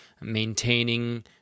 maintaining